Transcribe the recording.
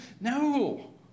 No